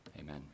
Amen